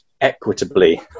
equitably